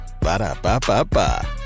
Ba-da-ba-ba-ba